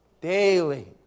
daily